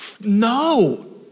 No